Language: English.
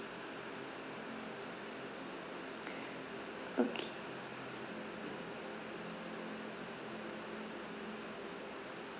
okay